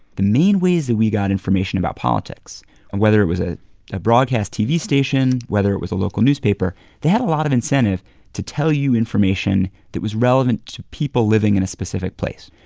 the main ways that we got information about politics and whether it was a a broadcast tv station, whether it was a local newspaper they had a lot of incentive to tell you information that was relevant to people living in a specific place.